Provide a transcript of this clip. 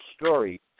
story